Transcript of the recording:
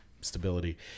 stability